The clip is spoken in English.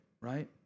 right